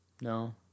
no